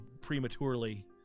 prematurely